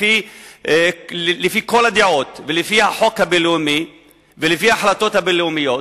לפי כל הדעות ולפי החוק הבין-לאומי ולפי ההחלטות הבין-לאומיות,